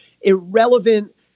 irrelevant